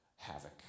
havoc